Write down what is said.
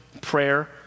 prayer